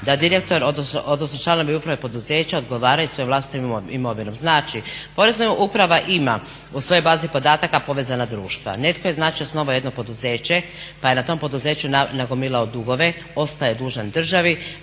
da direktor, odnosno članovi uprave poduzeća odgovaraju svojom vlastitom imovinom. Znači, Porezna uprava ima u svojoj bazi podataka povezana društva. Netko je znači osnovao jedno poduzeće, pa je na tom poduzeću nagomilao dugove, ostao je dužan državi,